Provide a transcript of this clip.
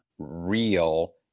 real